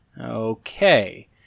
Okay